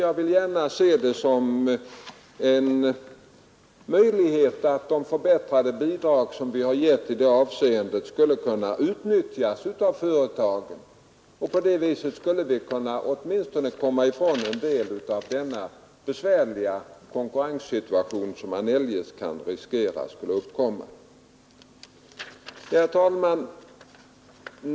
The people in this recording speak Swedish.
Jag vill gärna se som en möjlighet att de förbättrade bidrag vi nu ger i det avseendet kunde utnyttjas av företagen. På det viset skulle vi kunna komma ifrån åtminstone en del av den besvärliga konkurrens som man riskerar eljest kan uppkomma. Herr talman!